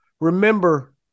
Remember